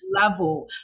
level